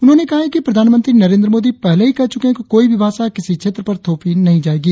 उन्होंने कहा है कि प्रधानमंत्री नरेंद्र मोदी पहले ही कह चुके है कि कोई भी भाषा किसी क्षेत्र पर थोपी नही जाएगी